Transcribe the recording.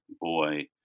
boy